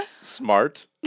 smart